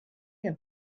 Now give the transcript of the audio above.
have